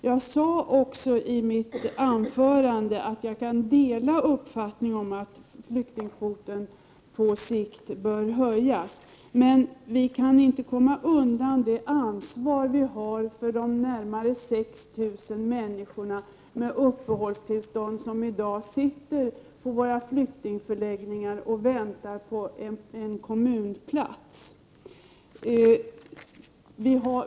Jag sade också i mitt anförande att jag kan dela uppfattningen om att flyktingkvoten på sikt bör höjas, men vi kan inte komma undan det ansvar vi har för de närmare 6 000 människor som har fått uppehållstillstånd och som i dag sitter på våra flyktingförläggningar i väntan på en kommunplats.